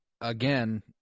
again